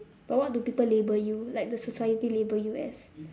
but what do people label you like the society label you as